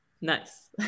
Nice